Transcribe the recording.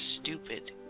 stupid